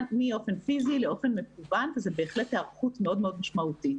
פיזי לאופן מקוון וזאת בהחלט היערכות מאוד מאוד משמעותית.